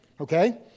okay